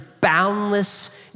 boundless